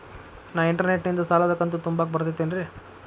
ನಾ ಇಂಟರ್ನೆಟ್ ನಿಂದ ಸಾಲದ ಕಂತು ತುಂಬಾಕ್ ಬರತೈತೇನ್ರೇ?